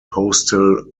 postal